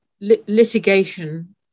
litigation